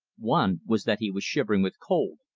one was that he was shivering with cold,